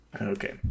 Okay